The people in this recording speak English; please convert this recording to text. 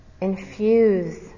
infuse